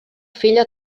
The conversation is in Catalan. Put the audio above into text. filla